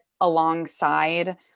alongside